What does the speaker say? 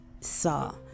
saw